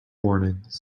warnings